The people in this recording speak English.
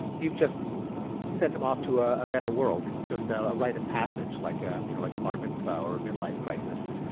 you've just sent them off to a a better world. just a a rite of passage like you know like a bar mitzvah or a midlife crisis.